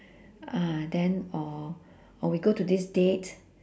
uh then or or we go to this date